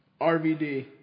RVD